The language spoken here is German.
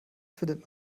findet